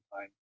time